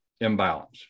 imbalance